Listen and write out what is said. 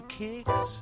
kicks